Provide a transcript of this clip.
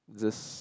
just